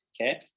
Okay